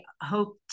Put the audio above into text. hope